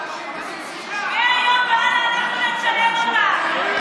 מהיום והלאה אנחנו נצלם אותם.